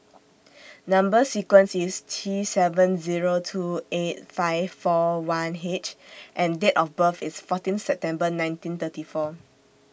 Number sequence IS T seven Zero two eight five four one H and Date of birth IS fourteen September nineteen thirty four